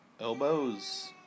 Elbows